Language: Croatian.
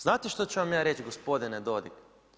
Znate što ću vam ja reći gospodine Dodig?